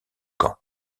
camp